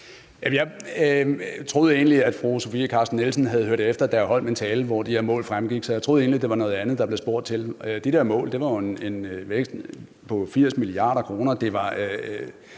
Jeg troede egentlig, at fru Sofie Carsten Nielsen havde hørt efter, da jeg holdt min tale, hvor de her mål fremgik, så jeg troede egentlig, at det var noget andet, der blev spurgt til. De der mål var jo en vækst på 80 mia. kr.,